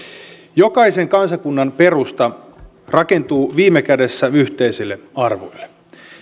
jokaisen kansakunnan perusta rakentuu viime kädessä yhteisille arvoille